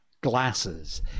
glasses